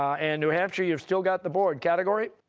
and new hampshire, you've still got the board category?